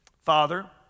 Father